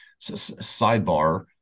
Sidebar